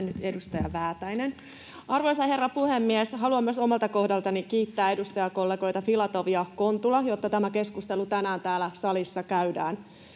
nyt edustaja Väätäinen. Arvoisa herra puhemies! Haluan myös omalta kohdaltani kiittää edustajakollegoita Filatov ja Kontula siitä, että tämä keskustelu tänään täällä salissa käydään.